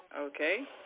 Okay